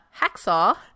hacksaw